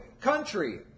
country